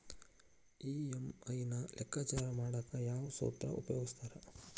EMI ನ ಲೆಕ್ಕಾಚಾರ ಮಾಡಕ ಯಾವ್ ಸೂತ್ರ ಉಪಯೋಗಿಸ್ತಾರ